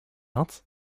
else